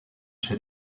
chef